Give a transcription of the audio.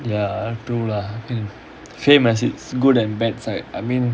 ya true lah I mean fame has it's good and bad side I mean